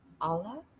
allah